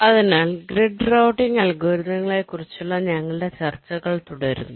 അതിനാൽ grid routing അൽഗോരിതങ്ങളെക്കുറിച്ചുള്ള ഞങ്ങളുടെ ചർച്ചകൾ തുടരുന്നു